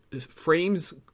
frames